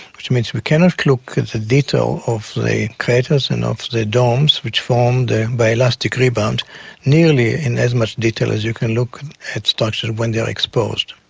which means we cannot look at the detail of the craters and of the domes which formed by elastic rebound nearly in as much detail as you can look at structures when they are exposed.